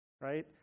right